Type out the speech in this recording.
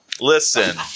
Listen